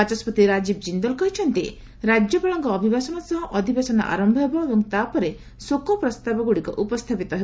ବାଚସ୍କତି ରାଜୀବ ବିନ୍ଦଲ କହିଛନ୍ତି ରାଜ୍ୟପାଳଙ୍କ ଅଭିଭାଷଣ ସହ ଅଧିବେଶନ ଆରମ୍ଭ ହେବ ଏବଂ ତା ପରେ ଶୋକ ପ୍ରସ୍ତାବଗୁଡ଼ିକ ଉପସ୍ଥାପିତ ହେବ